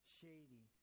shady